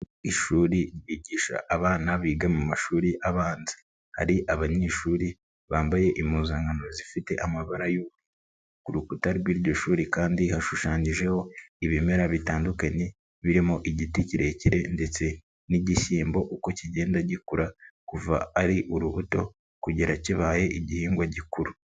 Ishuri ryigisha abana biga mu mashuri abanza, hari abanyeshuri bambaye impuzankano zifite amabara y'ubururu, ku rukuta rw'iryo shuri kandi hashushanyijeho ibimera bitandukanye birimo igiti kirekire ndetse n'igishyimbo uko kigenda gikura kuva ari urubuto kugera kibaye igihingwa gikuru.